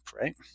right